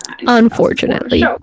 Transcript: unfortunately